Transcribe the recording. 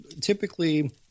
typically